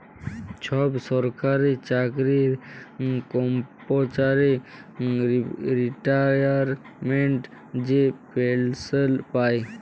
ছব সরকারি চাকরির কম্মচারি রিটায়ারমেল্টে যে পেলসল পায়